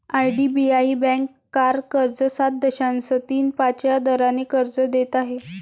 IDBI bank car कर्ज सात दशांश तीन पाच या दराने कर्ज देत आहे